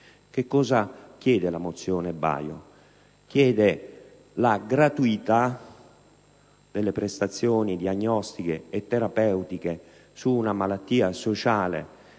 temi semplici: la mozione chiede la gratuità delle prestazioni diagnostiche e terapeutiche su una malattia sociale